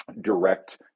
direct